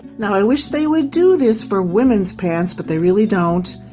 now i wish they would do this for women's pants, but they really don't,